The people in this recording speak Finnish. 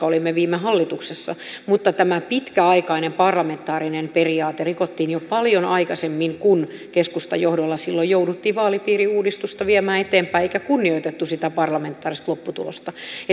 olimme viime hallituksessa mutta tämä pitkäaikainen parlamentaarinen periaate rikottiin jo paljon aikaisemmin kun keskustan johdolla silloin jouduttiin vaalipiiriuudistusta viemään eteenpäin eikä kunnioitettu parlamentaarista lopputulosta